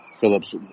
Phillips